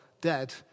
dead